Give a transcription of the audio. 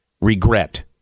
regret